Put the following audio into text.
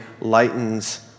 lightens